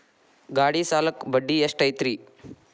ಗಾಡಿ ಸಾಲಕ್ಕ ಬಡ್ಡಿ ಎಷ್ಟೈತ್ರಿ?